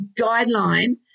guideline